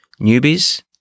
Newbies